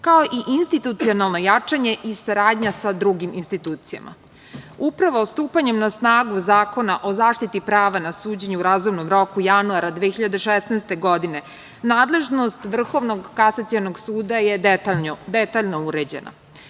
kao i institucionalno jačanje i saradnja sa drugim institucijama. Upravo stupanjem na snagu Zakona o zaštiti prava na suđenje u razumnom roku januara 2016. godine nadležnost Vrhovnog kasacionog suda je detaljno uređena.